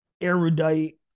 erudite